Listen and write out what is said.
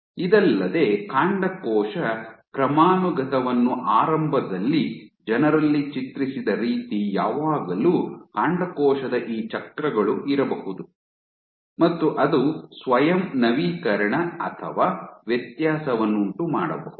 ಇದಲ್ಲದೆ ಕಾಂಡಕೋಶ ಕ್ರಮಾನುಗತವನ್ನು ಆರಂಭದಲ್ಲಿ ಜನರಲ್ಲಿ ಚಿತ್ರಿಸಿದ ರೀತಿ ಯಾವಾಗಲೂ ಕಾಂಡಕೋಶದ ಈ ಚಕ್ರಗಳು ಇರಬಹುದು ಮತ್ತು ಅದು ಸ್ವಯಂ ನವೀಕರಣ ಅಥವಾ ವ್ಯತ್ಯಾಸವನ್ನುಂಟು ಮಾಡಬಹುದು